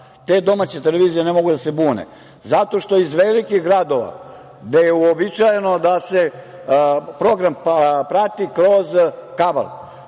te domaće televizije ne mogu da se bune zato što iz velikih gradova gde je uobičajno da se program prati kroz kabal,